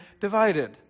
divided